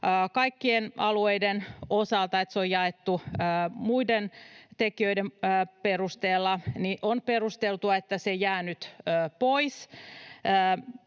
kaikkien alueiden osalta niin, että se on jaettu muiden tekijöiden perusteella. On perusteltua, että se jää nyt pois